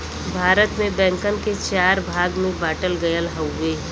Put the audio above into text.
भारत में बैंकन के चार भाग में बांटल गयल हउवे